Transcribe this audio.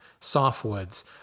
softwoods